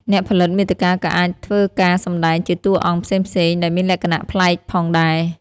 អ្នកផលិតមាតិកាក៏អាចនឹងធ្វើការសម្តែងជាតួអង្គផ្សេងៗ ដែលមានលក្ខណៈប្លែកផងដែរ។